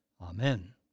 Amen